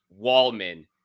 Wallman